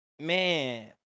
Man